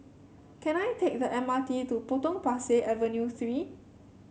can I take the M R T to Potong Pasir Avenue Three